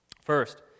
First